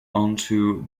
onto